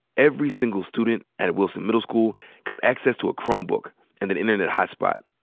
every single student at wilson middle school got access to a chromebook and an internet hotspot.